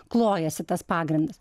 klojasi tas pagrindas